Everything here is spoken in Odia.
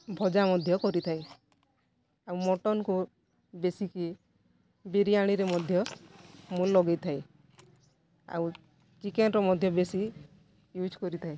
ଭଜା ମଧ୍ୟ କରିଥାଏ ଆଉ ମଟନ୍କୁ ବେଶୀ କି ବିରିୟାନୀରେ ମଧ୍ୟ ମୁଁ ଲଗେଇଥାଏ ଆଉ ଚିକେନ୍ରେ ମଧ୍ୟ ବେଶୀ ୟୁଜ୍ କରିଥାଏ